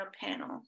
panel